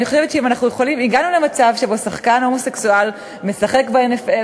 אני חושבת שאם הגענו למצב שבו שחקן הומוסקסואל משחק ב-NFL,